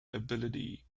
ability